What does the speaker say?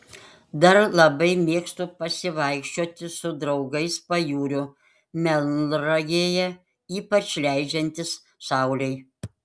dar labai mėgstu pasivaikščioti su draugais pajūriu melnragėje ypač leidžiantis saulei